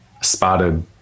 spotted